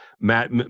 matt